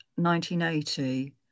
1980